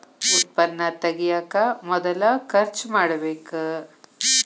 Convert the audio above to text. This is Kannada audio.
ಉತ್ಪನ್ನಾ ತಗಿಯಾಕ ಮೊದಲ ಖರ್ಚು ಮಾಡಬೇಕ